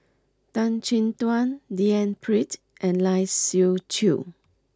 Tan Chin Tuan D N Pritt and Lai Siu Chiu